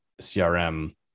CRM